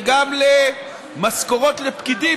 וגם למשכורות לפקידים,